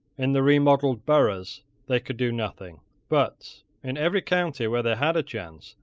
in the remodelled boroughs they could do nothing but, in every county where they had a chance,